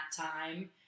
time